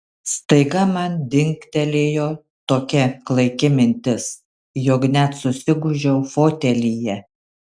staiga man dingtelėjo tokia klaiki mintis jog net susigūžiau fotelyje